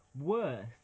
worse